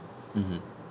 mmhmm